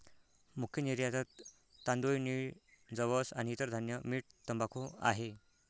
मुख्य निर्यातत तांदूळ, नीळ, जवस आणि इतर धान्य, मीठ, तंबाखू आहे